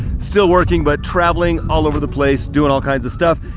still working but traveling all over the place, doing all kinds of stuff.